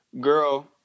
girl